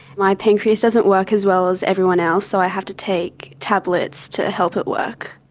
my pancreas doesn't work as well as everyone else, so i have to take tablets to help it work.